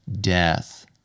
death